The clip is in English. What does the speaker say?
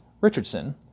Richardson